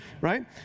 right